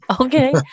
Okay